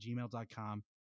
gmail.com